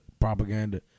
propaganda